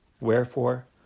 Wherefore